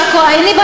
והמידע, לא אני.